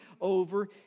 over